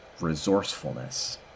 resourcefulness